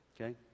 okay